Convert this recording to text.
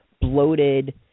bloated